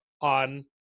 on